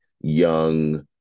young